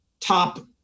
top